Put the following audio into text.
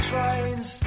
Trains